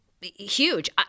huge